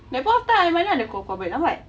that point of time I mana ada keluar keluar balik lambat